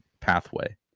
pathway